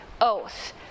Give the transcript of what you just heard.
oath